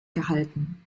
gehalten